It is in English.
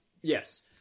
Yes